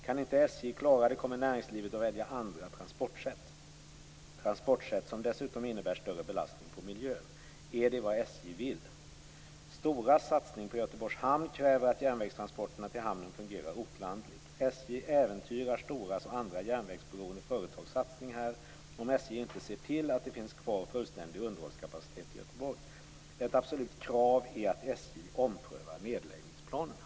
Kan inte SJ klara det kommer näringslivet att välja andra transportsätt. Transportsätt som dessutom innebär större belastning på miljön. Är det vad SJ vill? STORA:s satsning på Göteborgs hamn kräver att järnvägstransporterna till hamnen fungerar oklanderligt. SJ äventyrar STORA:s och andra järnvägsberoende företags satsning här om SJ inte ser till att det finns kvar fullständig underhållskapacitet i Göteborg. Ett absolut krav är att SJ omprövar nedläggningsplanerna."